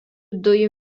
dujų